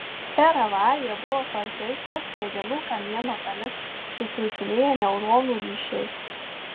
per avariją buvo pažeista smegenų kamieno dalis sutrūkinėję neuronų ryšiai